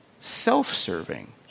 self-serving